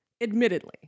admittedly